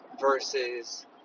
versus